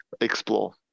explore